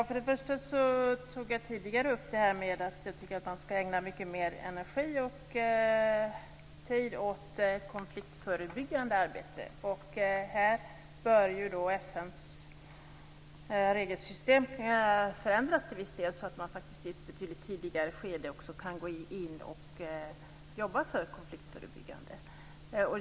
Fru talman! Jag talade tidigare om att jag tycker att man skall ägna mycket mer energi och tid åt konfliktförebyggande arbete. Därför bör FN:s regelsystem till viss del förändras, så att man faktiskt i ett betydligt tidigare skede kan gå in och jobba konfliktförebyggande.